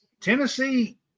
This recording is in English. Tennessee